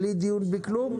בלי דיון ובלי כלום?